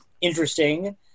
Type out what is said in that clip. interesting